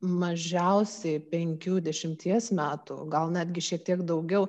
mažiausiai penkių dešimties metų gal netgi šiek tiek daugiau